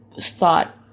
thought